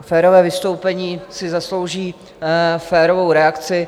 Férové vystoupení si zaslouží férovou reakci.